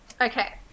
Okay